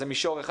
זה מישור אחד.